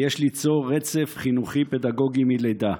כי יש ליצור רצף חינוכי פדגוגי מלידה.